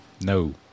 No